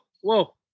whoa